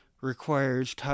requires